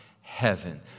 heaven